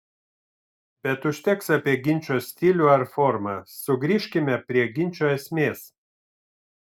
bet užteks apie ginčo stilių ar formą sugrįžkime prie ginčo esmės